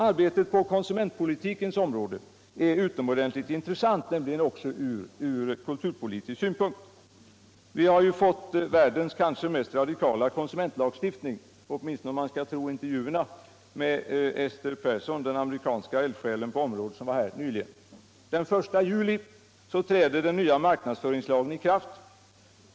Arbetet på konsumentpolitikens område är utomordentligt intressant också från kulturpolitisk synpunkt. Vi har ju världens mest radikala konsumentlagstiftning —- åtminstone om man skall tro intervjuerna med Ester Pearson, den amerikanska eldsjälen på området som var här nyligen. Och den 1 juli träder den nya marknadsföringslagen i kraft.